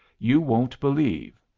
you won't believe!